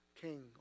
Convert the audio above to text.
king